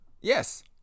Yes